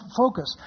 focus